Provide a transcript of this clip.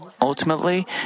ultimately